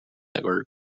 network